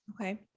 Okay